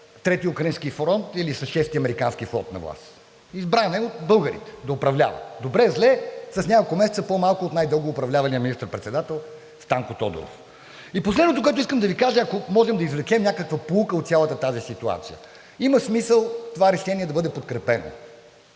Трети украински фронт или с Шести американски фронт на власт. Избран е от българите да управлява. Добре-зле, с няколко месеца по-малко от най-дълго управлявалия министър-председател Станко Тодоров. И последното, което искам да Ви кажа, ако можем да извлечем някаква поука от цялата тази ситуация. Има смисъл това решение да бъде подкрепено,